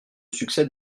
succès